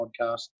podcast